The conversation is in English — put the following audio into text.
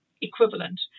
equivalent